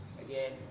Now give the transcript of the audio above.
again